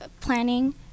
planning